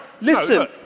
listen